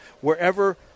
Wherever